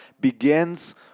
begins